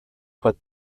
put